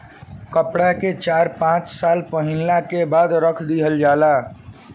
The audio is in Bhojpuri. कपड़ा के चार पाँच साल पहिनला के बाद रख दिहल जाला